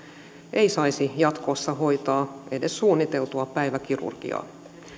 ei saisi jatkossa hoitaa edes suunniteltua päiväkirurgiaa